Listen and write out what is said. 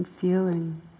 feeling